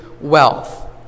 wealth